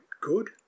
good